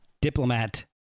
diplomat